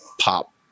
pop